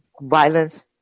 violence